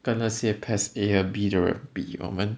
跟那些 PES A and B 的人比我们